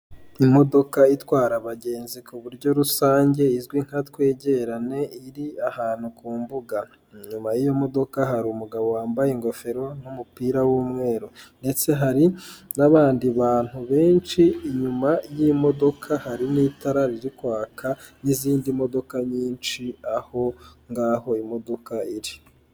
Imodoka itwara abagenzi ku buryo rusange izwi nka twegerane iri ahantu ku mbuga. Inyuma y'iyomodoka hari umugabo wambaye ingofero n'umupira w'umweru, ndetse hari n'abandi bantu benshi inyuma y'imodoka, hari n'itara riri kwaka n'izindi modoka nyinshi aho ngaho imodoka iri.